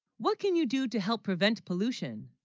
what can, you do to help prevent pollution